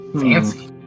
Fancy